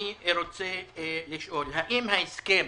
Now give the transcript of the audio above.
אני רוצה לשאול: האם ההסכם